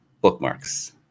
bookmarks